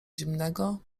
zimnego